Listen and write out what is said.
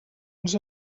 ens